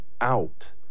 out